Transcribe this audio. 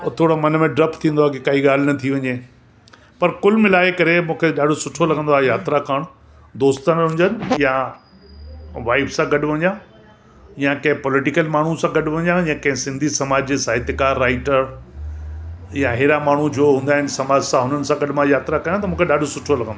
और थोरो मन में डपु थींदो आहे की काई ॻाल्हि न थी वञे पर कुलु मिलाए करे मूंखे ॾाढो सुठो लॻंदो आहे यात्रा करणु दोस्त हुजनि या वाइफ सां गॾु वञणु या कंहिं पॉलिटिकल माण्हू सां गॾु वञणु या कंहिं सिंधी समाज जे साहित्यकार राइटर या हेड़ा माण्हू जो हूंदा आहिनि समाज सां हुननि सां गॾु मां यात्रा कयां त मूंखे ॾाढो सुठो लॻंदो